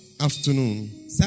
afternoon